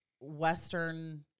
Western